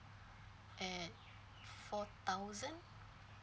at four thousand